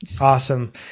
Awesome